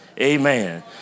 amen